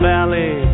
Valley